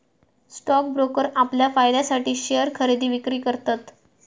stock broker आपल्या फायद्यासाठी share खरेदी विक्री करतत